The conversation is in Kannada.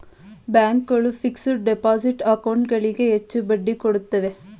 ಬ್ಯಾಂಕ್ ಗಳು ಫಿಕ್ಸ್ಡ ಡಿಪೋಸಿಟ್ ಅಕೌಂಟ್ ಗಳಿಗೆ ಹೆಚ್ಚು ಬಡ್ಡಿ ಕೊಡುತ್ತವೆ